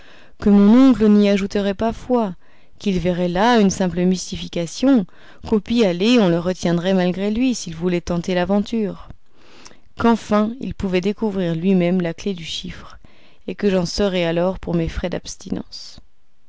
que mon oncle n'y ajouterait pas foi qu'il verrait là une simple mystification qu'au pis aller on le retiendrait malgré lui s'il voulait tenter l'aventure qu'enfin il pouvait découvrit lui-même la clef du chiffre et que j'en serais alors pour mes frais d'abstinence